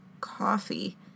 coffee